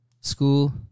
school